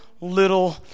little